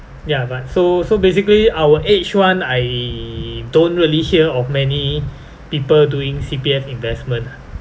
ya but so so basically our age [one] I don't really hear of many people doing C_P_F investment ah